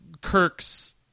Kirk's